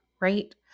Right